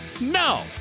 No